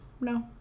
no